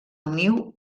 niu